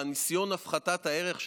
גם כל ניסיון הפחתת הערך,